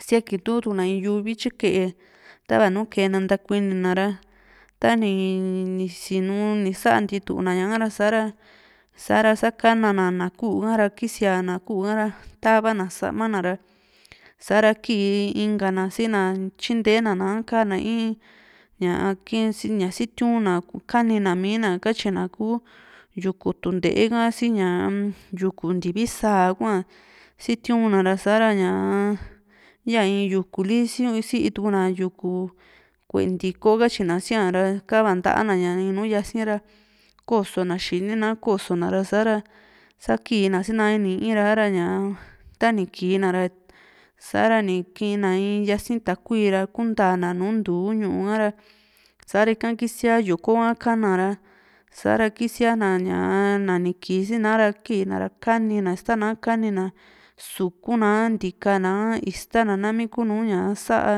siakintuna yuvi tyike tava nu ke´na ntakuinina ra tanii ni sinu sa´a ntituna ña´ra sa´ra sa kana na ku´u ha ra sa kisiana na ku´u a´ra tava na samana ra sa´ra kìi inka na sina tyintena ka´a na i´iin ña sitiuna kanina míi na katyina ku yuku tú´ndee ka si ñaa yuku ntivi sáa hua sitiuna ra sa´ra ña ya in yukuli si´i tuuna yuku ku´e ntiko katyina siara kava nta´a ña nùù yasira kosona xini naa kosona sa´ra sa´a kina si´na ini i´iin ra ña tani kina ra sa´ra ni kii na in yasi´n takui ra kunta na nùù ntuu ñu´u kara sa´ra ika kisia yokoa kana ra sa´ra kisiana ñaa na ni kisina´a ra ki ´i na ra kanina istana kanina su´kun na ntika na´a ista nami kunuu ña sa´a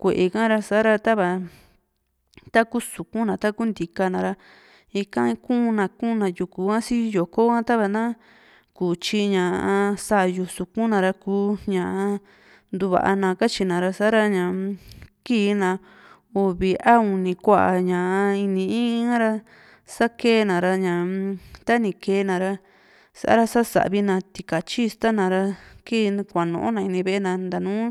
ku´e ka´ra sa´ra tata taku suku´na taku ntikana ra ika kuuna kuuna yuku ha si yoko ha tava na ktyi ñaa sa´yu suku na ra kuu ña nduva na katyina sa´ra ñaa-m ki´na uvi a uni kua ñaa ini i´iin a´ra sa ke´na ra ñaam ta ni ke´na ra sa´ra sa sasavi na tikatyi istana ra ki kuanu na ini ve´e na nta nùù.